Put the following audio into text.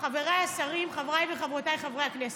חבריי השרים, חבריי וחברותיי חברי הכנסת,